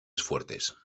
fuertes